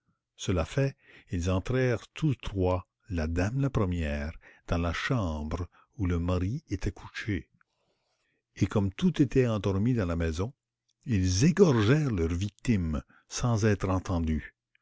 cela fait ils entrèrent tous trois la dame la première dans la chambre où le mari était couché et comme tout était endormi dans la maison ils égorgèrent leur victime sans être entendus